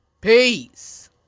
Peace